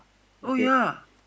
oh ya